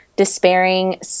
despairing